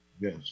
Yes